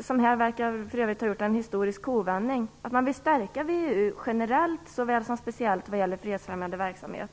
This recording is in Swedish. som här för övrigt verkar ha gjort en historisk kovändning - att man vill stärka VEU såväl generellt som speciellt vad gäller fredsfrämjande verksamhet.